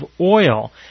oil